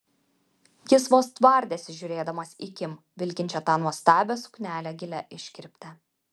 jis vos tvardėsi žiūrėdamas į kim vilkinčią tą nuostabią suknelę gilia iškirpte